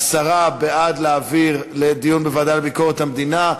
עשרה הצביעו בעד להעביר לדיון בוועדה לביקורת המדינה,